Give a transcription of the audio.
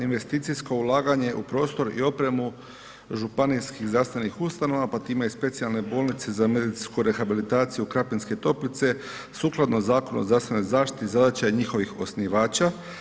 Investicijsko ulaganje u prostor i opremu županijskih zdravstvenih ustanova, pa time i Specijalne bolnice za medicinsku rehabilitaciju Krapine Toplice sukladno Zakonu o zdravstvenoj zaštiti zadaća je njihovih osnivača.